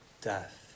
death